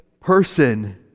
person